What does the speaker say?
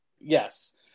Yes